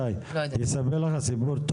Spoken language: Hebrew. סיפור לך,